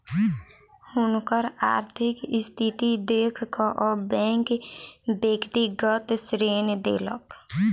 हुनकर आर्थिक स्थिति देख कअ बैंक व्यक्तिगत ऋण देलक